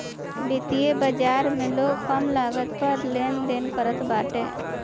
वित्तीय बाजार में लोग कम लागत पअ लेनदेन करत बाटे